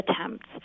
attempts